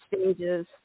stages